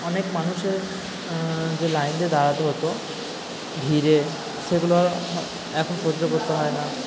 অনেক মানুষের যে লাইন দিয়ে দাঁড়াতে হতো ভিড়ে সেগুলো এখন সহ্য করতে হয় না